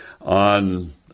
on